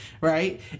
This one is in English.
right